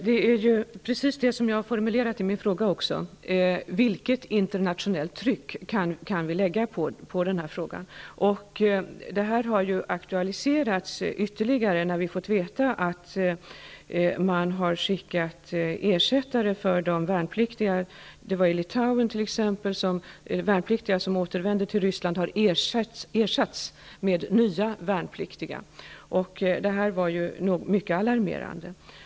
Herr talman! Det är precis det som jag har formulerat i min fråga: Vilket internationellt tryck kan vi lägga på den här frågan? Detta har aktualiserats ytterligare när vi fått veta att man har skickat ersättare för de värnpliktiga. I t.ex. Litauen har värnpliktiga som återvänt till Ryssland ersatts med nya värnpliktiga. Det var mycket alarmerande.